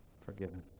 forgiven